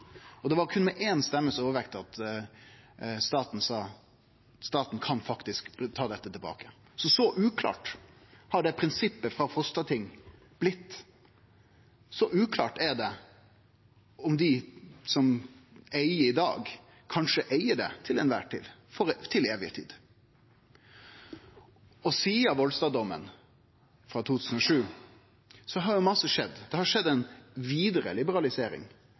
Det blei berre med éi stemmes overvekt avgjort at staten faktisk kan ta dette tilbake. Så uklart har prinsippet frå Frostatinget blitt. Så uklart er det om dei som eig i dag, kanskje eig det til evig tid. Sidan Volstad-dommen frå 2013 har mykje skjedd. Det har skjedd ei vidare liberalisering,